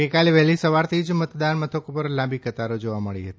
ગઈકાલે વહેલી સવારથી જ મતદાન મથકો પર લાંબી કતારો જોવા મળી હતી